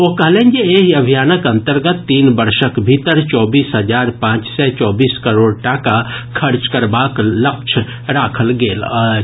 ओ कहलनि जे एहि अभियानक अंतर्गत तीन वर्षक भीतर चौबीस हजार पांच सय चौबीस करोड़ टाका खर्च करबाक लक्ष्य राखल गेल अछि